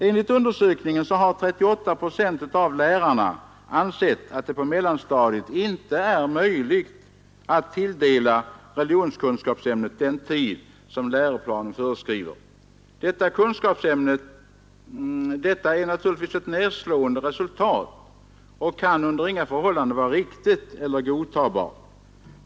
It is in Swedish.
Enligt undersökningen har 38 procent av lärarna ansett att det på mellanstadiet inte är möjligt att tilldela religionskunskapsämnet den tid som läroplanen föreskriver. Detta är naturligtvis ett nedslående resultat och kan under inga förhållanden vara riktigt eller godtagbart.